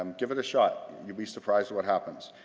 um give it a shot. you'd be surprised what happens.